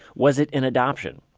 was it an adoption?